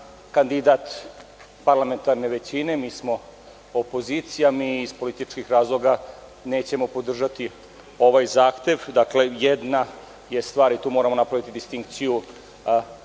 kandidat parlamentarne većine, mi smo opozicija, mi iz političkih razloga nećemo podržati ovaj zahtev. Dakle, jedna je stvar i tu moramo napraviti distinkciju,